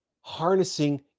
Harnessing